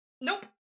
Nope